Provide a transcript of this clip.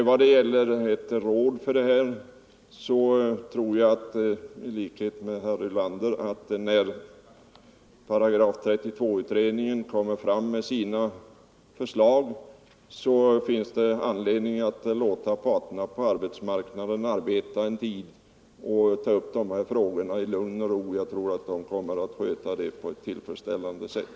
När det gäller förslaget om ett företagsdemokratiskt råd tror jag i likhet med herr Ulander att det finns anledning att när § 32-utredningen framlagt sitt förslag låta parterna på arbetsmarknaden ta upp dessa frågor i lugn och ro. Jag tror att de kommer att handlägga saken på ett tillfredsställande sätt.